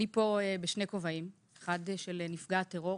בשני כובעים כאשר בכובעי האחד אני נפגעת טרור.